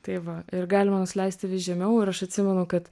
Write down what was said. tai va ir galima nusileisti žemiau ir aš atsimenu kad